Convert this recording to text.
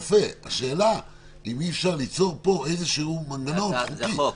השאלה אם אי אפשר ליצור פה איזשהו מנוע חוקי --- זו הצעת חוק.